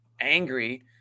angry